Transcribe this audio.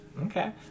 Okay